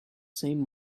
same